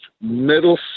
middle